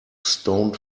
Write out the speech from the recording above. stone